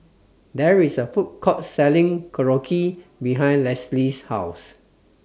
There IS A Food Court Selling Korokke behind Leslee's House